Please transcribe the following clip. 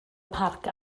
parc